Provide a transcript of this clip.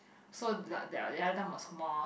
so the there are there are time was more